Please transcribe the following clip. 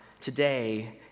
today